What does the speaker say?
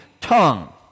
tongue